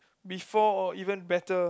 before even better